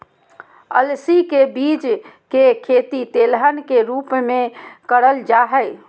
अलसी के बीज के खेती तेलहन के रूप मे करल जा हई